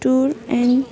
tour and